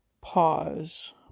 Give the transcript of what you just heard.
pause